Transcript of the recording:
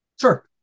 sure